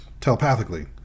telepathically